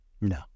No